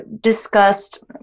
discussed